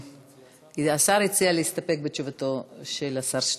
השר הציע להסתפק בתשובתו של השר שטייניץ.